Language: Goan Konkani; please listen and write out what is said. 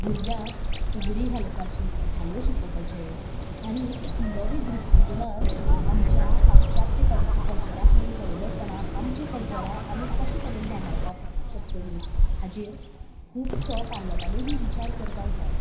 भुरग्यांक फुगडी घालपाची धालो शिकेवपाचें आनी एक नवी दृश्टीकोणांत आमच्या पाश्चात्य कल् कल्चरा कडेन पळय नास्तना आमच्या कल्चरा आमी कशे तरेन सांबाळपाक शकतलीं हाचेर खूब सो पालकांनी बी विचार करपाक जाय